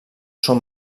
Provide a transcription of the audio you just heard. són